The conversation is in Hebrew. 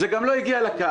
זה גם לא הגיע לקהל.